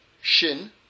Shin